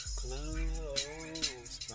close